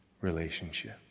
relationship